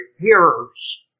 hearers